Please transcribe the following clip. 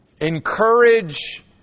encourage